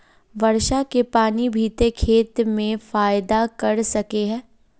वर्षा के पानी भी ते खेत में फायदा कर सके है?